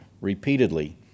repeatedly